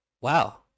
wow